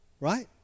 right